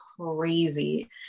crazy